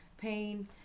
Pain